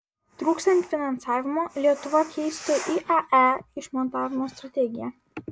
trūkstant finansavimo lietuva keistų iae išmontavimo strategiją